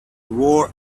wore